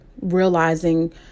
realizing